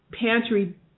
pantry